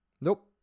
Nope